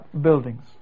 buildings